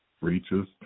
reaches